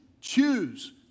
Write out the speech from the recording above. choose